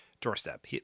doorstep